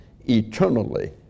eternally